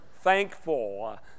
thankful